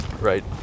Right